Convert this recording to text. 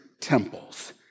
temples